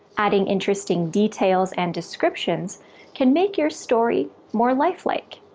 adding interesting details and descriptions can make your story more lifelike.